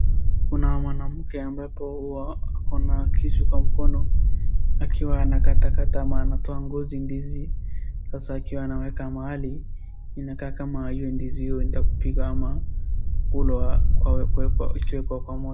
Kuna mwanamke ambapo ako na kisu kwa mkono, akiwa anakatakata ama anatoa ngozi ndizi sasa akiwa anaweka mahali inakaa kama hio ndizi hio inataka kupika ama kula ikiwekwa kwa moto.